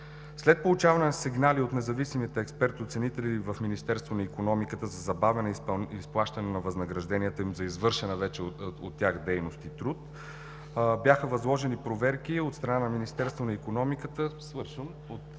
След получаване на сигнали от независимите експерти – оценители в Министерството на икономиката, за забавяне на изплащането на възнагражденията им за вече извършена от тях дейност и труд, бяха възложени проверки от страна на Министерството на икономиката, (Председателят